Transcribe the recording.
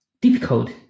difficult